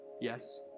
Yes